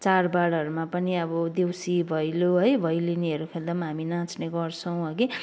चाड बाडहरूमा पनि अब देउसी भैलो है भैलिनीहरू खेल्दा पनि हामी नाच्ने गर्छौँ हगि